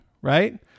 right